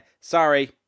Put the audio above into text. sorry